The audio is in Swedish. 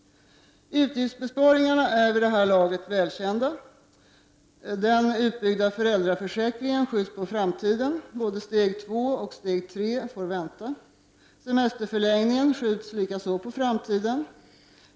Utgiftsbesparingarna är vid det här laget välkända. Den utbyggda föräldraförsäkringen skjuts på framtiden — både steg 2 och steg 3 får vänta. Semesterförlängningen skjuts likaså på framtiden.